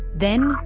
then,